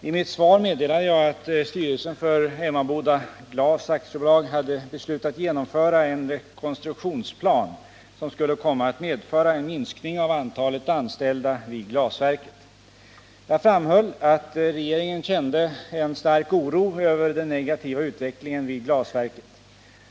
I mitt svar meddelade jag att styrelsen för Emmaboda Glas AB hade beslutat genomföra en rekonstruktionsplan, som skulle komma att medföra en minskning av antalet anställda vid glasverket. Jag framhöll att regeringen kände en stark oro över den negativa utvecklingen vid glasverket.